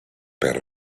per